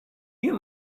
you